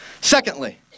secondly